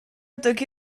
toki